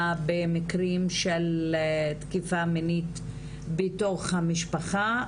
במקרים של תקיפה מינית בתוך המשפחה,